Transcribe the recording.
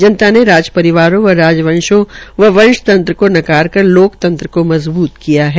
जनता ने राजपरिवारों व राजवंशों व वंशतंत्र को नकार कर लोकतंत्र को मजबूत किया है